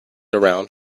around